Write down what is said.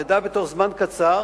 נדע בתוך זמן קצר